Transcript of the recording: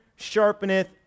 sharpeneth